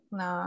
na